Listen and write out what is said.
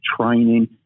training